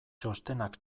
txostenak